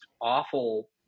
awful